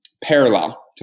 parallel